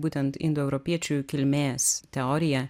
būtent indoeuropiečių kilmės teorija